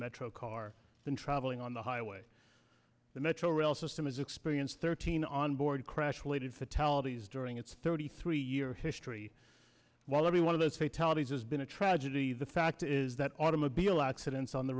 metro car than traveling on the highway the metro rail system has experienced thirteen onboard crash related fatalities during its thirty three year history while every one of those fatalities has been a tragedy the fact is that automobile accidents on the